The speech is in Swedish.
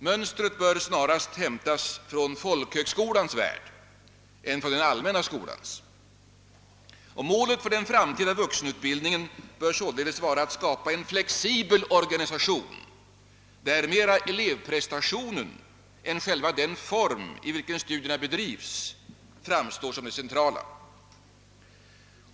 Mönstret bör snarare hämtas från folkhögskolans värld än från den allmänna skolans. Målet för den framtida vuxenutbildningen bör således vara att skapa en flexibel organisation, där elevprestationen mera än själva den form under vilken studierna bedrives framstår som det centrala.